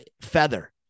feather